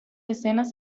escenas